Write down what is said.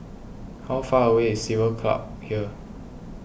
how far away is Civil Service Club from here